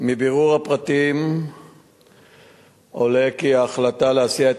מבירור הפרטים עולה כי ההחלטה להסיע את